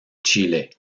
chile